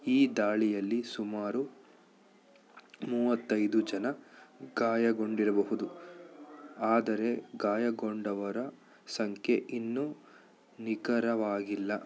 ಈ ದಾಳಿಯಲ್ಲಿ ಸುಮಾರು ಮೂವತ್ತೈದು ಜನ ಗಾಯಗೊಂಡಿರಬಹುದು ಆದರೆ ಗಾಯಗೊಂಡವರ ಸಂಖ್ಯೆ ಇನ್ನೂ ನಿಖರವಾಗಿಲ್ಲ